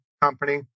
company